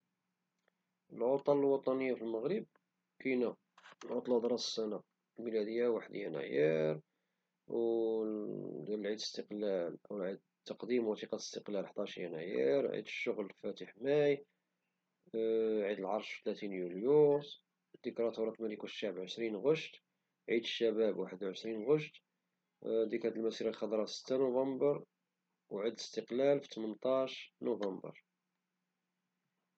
العطل الوطنية في المغرب كاين عطلة بداية السنة الميلادية، وعيد الاستقلال تمنطاش نونبر، وعيد تقديم وثيقة الاستقلال حداش يناير، عيد الشغل واحد ماي، عيد العرش ثلاثين يوليوز، ثورة الملك والشعب عشرين غشت، عيد الشباب واحد وعشرين غشت، المسيرة الخضراء ستة نونبر، وعيد الاستقلال تمنطاش نونبر.